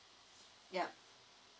yup